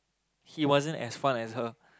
he wasn't as fun as her